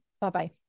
Bye-bye